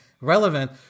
relevant